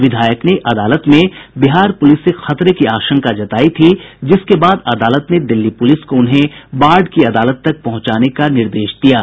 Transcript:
विधायक ने अदालत में बिहार पुलिस से खतरे की आशंका जतायी थी जिसके बाद अदालत ने दिल्ली पुलिस को उन्हें बाढ़ की अदालत तक पहुंचाने का निर्देश दिया है